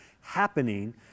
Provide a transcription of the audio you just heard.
happening